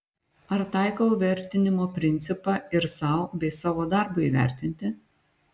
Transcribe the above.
ar taikau vertinimo principą ir sau bei savo darbui įvertinti